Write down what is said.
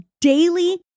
daily